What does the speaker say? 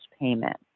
payment